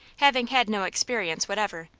having had no experience whatever,